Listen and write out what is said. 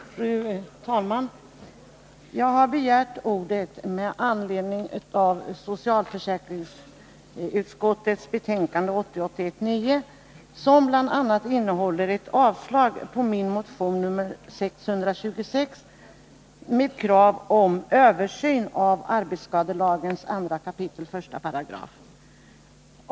Fru talman! Jag har begärt ordet med anledning av socialförsäkringsutskottets betänkande 1980/81:9, som bl.a. innehåller ett avstyrkande av min motion nr 626 med krav om översyn av 2 kap. 1 § lagen om arbetsskadeförsäkring.